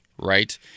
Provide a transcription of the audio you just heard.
right